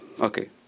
Okay